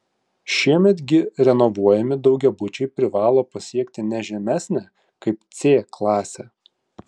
šiemet gi renovuojami daugiabučiai privalo pasiekti ne žemesnę kaip c klasę